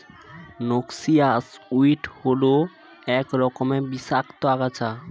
noxious weed হল এক রকমের বিষাক্ত আগাছা